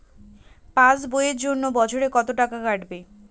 Pass বইয়ের জন্য বছরে কত টাকা কাটবে?